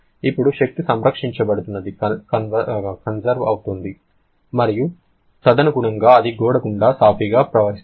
ఇప్పుడు శక్తి సంరక్షించబడుతుందికన్సర్వ్ అవుతుంది మరియు తదనుగుణంగా అది గోడ గుండా సాఫీగా ప్రవహిస్తుంది